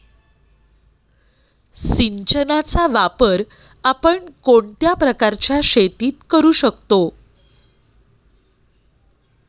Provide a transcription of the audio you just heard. सिंचनाचा वापर आपण कोणत्या प्रकारच्या शेतीत करू शकतो?